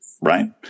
right